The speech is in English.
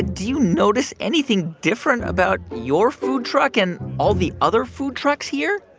do you notice anything different about your food truck and all the other food trucks here?